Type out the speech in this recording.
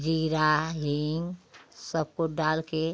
जीरा हींग सब कुछ डाल कर